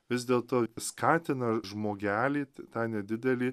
vis dėlto skatina žmogelį tą nedidelį